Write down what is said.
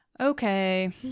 Okay